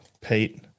Pete